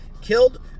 killed